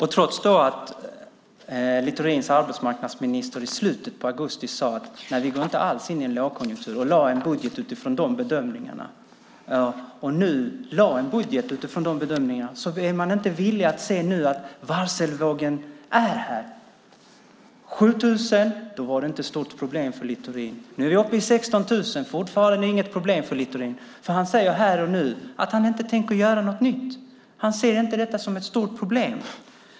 Herr talman! Littorin, arbetsmarknadsministern, sade i slutet av augusti: Nej, vi går inte alls in i en lågkonjunktur. Och så lade man en budget utifrån de bedömningarna. Trots att man lade en budget utifrån de bedömningarna är man inte villig att nu se att varselvågen är här. När det var 7 000 var det inte ett stort problem för Littorin. Nu är vi uppe i 16 000. Det är fortfarande inget problem för Littorin. För han säger här och nu att han inte tänker göra något nytt. Han ser inte detta som ett stort problem.